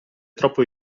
troppo